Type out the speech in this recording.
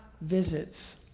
visits